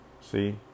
See